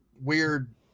weird